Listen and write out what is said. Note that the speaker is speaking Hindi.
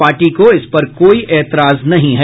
पार्टी को इसपर कोई एतराज नहीं है